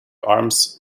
arms